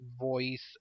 voice